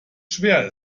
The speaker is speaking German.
schwer